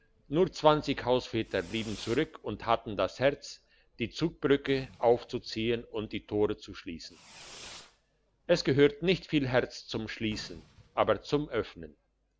nur zwanzig hausväter blieben zurück und hatten das herz die zugbrücke aufzuziehen und die tore zu schliessen es gehört nicht viel herz zum schliessen aber zum öffnen